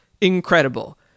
incredible